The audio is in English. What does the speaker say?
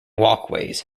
walkways